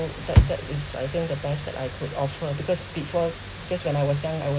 that that is I think the best that I could offer because before just when I was young I were